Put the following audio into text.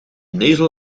nasal